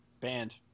Banned